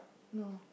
no